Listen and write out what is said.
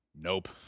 Nope